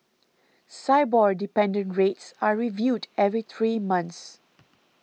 Sibor dependent rates are reviewed every three months